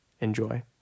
enjoy